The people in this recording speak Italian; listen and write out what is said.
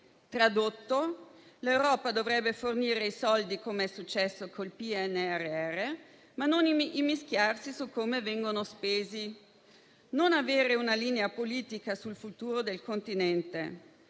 Tradotto: l'Europa dovrebbe fornire i soldi, come è successo col PNRR, ma non immischiarsi su come vengono spesi; non avere una linea politica sul futuro del continente;